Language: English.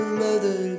mother